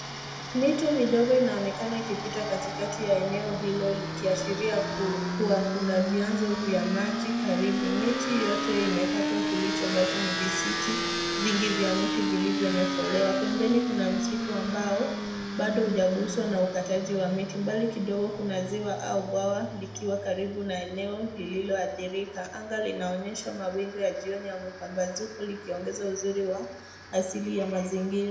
Mito midogo inaonekana ikipita katikati ya eneo hili, kuashiria uwepo wa vyanzo vya maji karibu. Miti yote imekatwa, na mabaki ya miti vilivyochimbwa vinaonekana. Pembeni kuna msitu ambao umeathiriwa na ukataji miti, huku mbali kidogo kuwepo na ziwa la Aubawa likiwa karibu na eneo hili lililoathirika. Anga linaonyeshwa na mawingu ya jioni yenye mvua kidogo, yakiongeza uzuri wa asili ya mazingira haya.